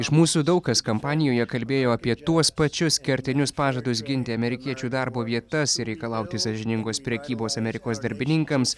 iš mūsų daug kas kampanijoje kalbėjo apie tuos pačius kertinius pažadus ginti amerikiečių darbo vietas reikalauti sąžiningos prekybos amerikos darbininkams